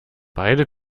beide